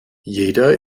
jeder